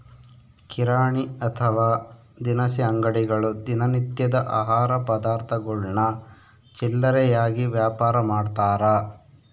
ಕಿರಾಣಿ ಅಥವಾ ದಿನಸಿ ಅಂಗಡಿಗಳು ದಿನ ನಿತ್ಯದ ಆಹಾರ ಪದಾರ್ಥಗುಳ್ನ ಚಿಲ್ಲರೆಯಾಗಿ ವ್ಯಾಪಾರಮಾಡ್ತಾರ